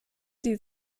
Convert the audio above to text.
die